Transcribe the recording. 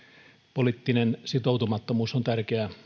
poliittinen sitoutumattomuus on tärkeä